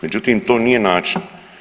Međutim, to nije način.